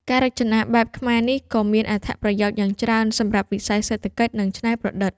ការរចនាបែបខ្មែរនេះក៏មានអត្ថប្រយោជន៍យ៉ាងច្រើនសម្រាប់វិស័យសេដ្ឋកិច្ច និងច្នៃប្រឌិត។